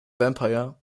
vampire